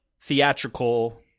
theatrical